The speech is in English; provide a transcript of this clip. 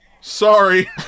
sorry